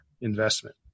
investment